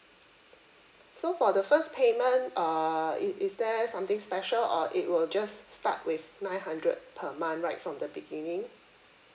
so for the first payment err it is there something special or it will just s~ start with nine hundred per month right from the beginning